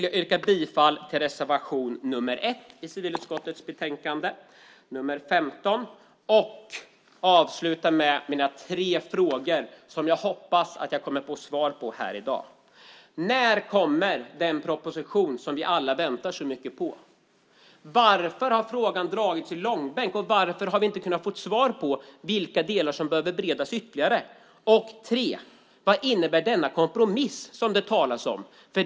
Jag yrkar bifall till reservation 1 i civilutskottets betänkande 15. Jag ska avsluta med mina tre frågor som jag hoppas att jag kommer att få svar på här i dag. För det första: När kommer den proposition som vi alla väntar så mycket på? För det andra: Varför har frågan dragits i långbänk, och varför har vi inte kunnat få svar på vilka delar som behöver beredas ytterligare? För det tredje: Vad innebär denna kompromiss som det talas om?